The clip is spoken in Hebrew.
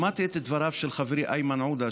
שמעתי את דבריו של חברי איימן עודה,